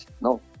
No